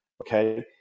okay